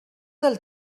del